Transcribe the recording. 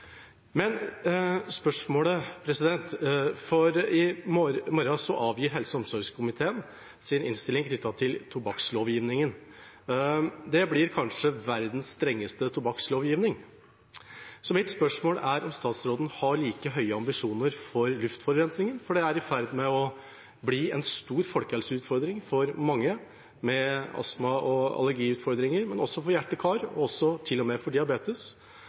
I morgen avgir helse- og omsorgskomiteen sin innstilling knyttet til tobakkslovgivningen. Det blir kanskje verdens strengeste tobakkslovgivning. Mitt spørsmål er om statsråden har like høye ambisjoner for luftforurensningen, for den er i ferd med å bli en stor folkehelseutfordring for mange med astma- og allergiutfordringer, men også for mange med hjerte- og karsykdommer og til og med for dem med diabetes.